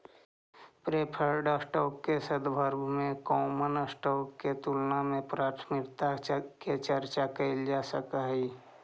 preferred stock के संदर्भ में कॉमन स्टॉक के तुलना में प्राथमिकता के चर्चा कैइल जा सकऽ हई